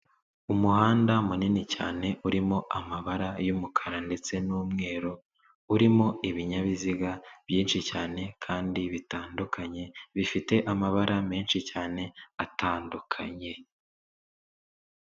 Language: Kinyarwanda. Umuhanda munini cyane urimo amabara y'umukara ndetse n'umweru, urimo ibinyabiziga byinshi cyane kandi bitandukanye bifite amabara menshi cyane atandukanye.